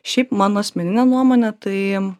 šiaip mano asmenine nuomone tai